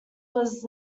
was